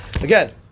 Again